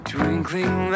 Twinkling